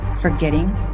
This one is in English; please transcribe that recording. forgetting